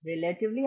relatively